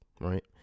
Right